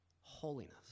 holiness